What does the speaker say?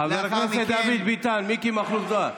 חברי הכנסת דוד ביטן, מיקי מכלוף זוהר.